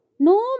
No